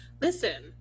Listen